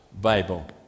Bible